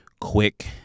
quick